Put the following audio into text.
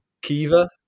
Kiva